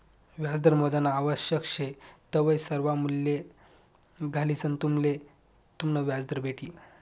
व्याजदर मोजानं आवश्यक शे तवय सर्वा मूल्ये घालिसंन तुम्हले तुमनं व्याजदर भेटी